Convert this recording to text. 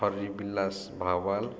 Hari Bilas Bhawal